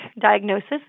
diagnosis